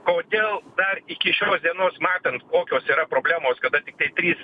kodėl dar iki šios dienos matant kokios yra problemos kada tiktai trys